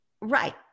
right